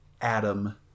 Adam